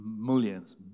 Millions